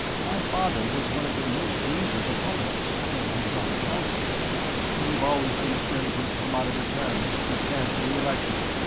my father was one of their most dangerous opponents, when he was on the council they've always been afraid he'd come out of retirement and stand for re-election.